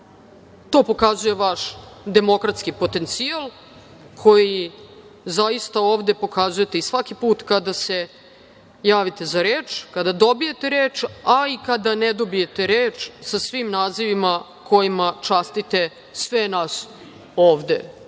To pokazuje vaš demokratski potencijal, koji zaista ovde pokazujete i svaki put kada se javite za reč, kada dobijete reč, a i kada ne dobijete reč, sa svim nazivima kojima častite sve nas ovde,